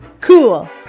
Cool